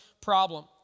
problem